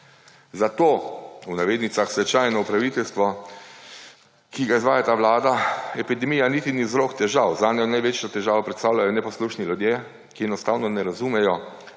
Za to, v navednicah, stečajno upraviteljstvo, ki ga izvaja ta vlada, epidemija niti ni vzrok težav, za njo največjo težavo predstavljajo neposlušni ljudje, ki enostavno ne razumejo